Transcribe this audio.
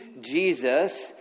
Jesus